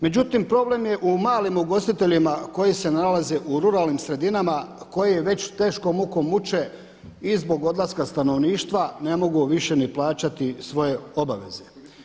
Međutim, problem je u malim ugostiteljima koji se nalaze u ruralnim sredinama koji već teškom mukom muče i zbog odlaska stanovništva ne mogu više ni plaćati svoje obaveze.